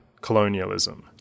colonialism